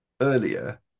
earlier